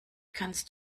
kannst